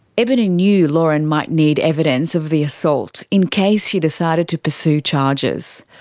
ebony knew lauren might need evidence of the assault in case she decided to pursue charges.